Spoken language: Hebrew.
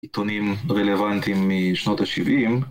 עיתונים רלוונטיים משנות ה-70